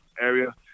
area